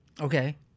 Okay